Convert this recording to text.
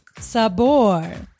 Sabor